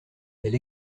elle